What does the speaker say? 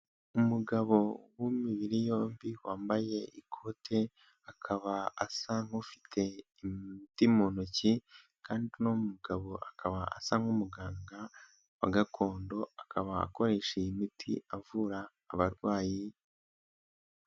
Umugabo w'imibiri yombi wambaye ikote, akaba asa nk'ufite imiti mu ntoki, kandi uno mugabo akaba asa nk'umuganga wa gakondo, akaba akoresha iyi miti avura abarwayi.